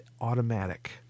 automatic